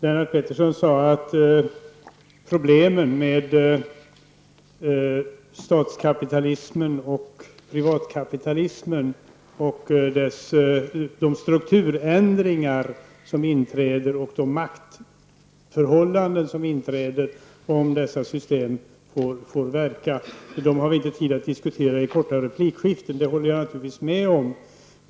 Fru talman! Problemen med statskapitalism och privatkapitalism och de strukturändringar och maktförhållanden som inträder om dessa system får verka har vi inte tid att diskutera i korta replikskiften, sade Lennart Pettersson. Det håller jag naturligtvis med om.